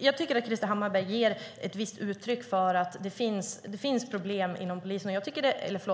Jag tycker att Krister Hammarbergh ger ett visst uttryck för att det finns problem inom hela rättsväsendet.